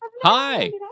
Hi